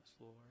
Lord